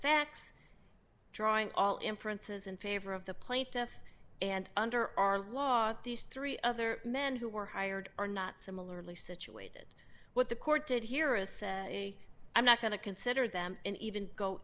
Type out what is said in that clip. facts drawing all inferences in favor of the plaintiff and under our law are these three other men who were hired are not similarly situated what the court did hear a say i'm not going to consider them and even go